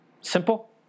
Simple